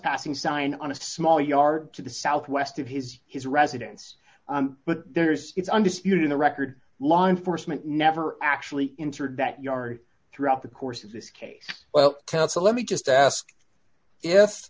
trespassing sign on a small yard to the southwest of his his residence but there's it's undisputed in the record law enforcement never actually entered that yard throughout the course of this case well tell so let me just ask if